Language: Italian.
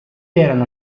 erano